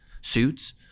suits